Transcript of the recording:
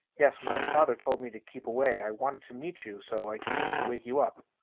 yes. my father told me to keep away. i wanted to meet you, so i came to wake you up.